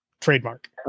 trademark